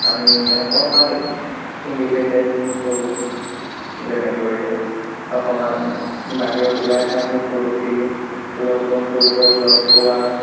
আমি অকণমান ইণ্ডিপেণ্ডেন্ট হ'লোঁ যেনেকৈ অকমান বাহিৰত ওলাই হাঁহি ফূৰ্তি লগ বন্ধুৰ লগত লগ পোৱা